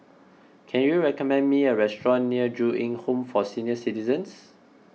can you recommend me a restaurant near Ju Eng Home for Senior Citizens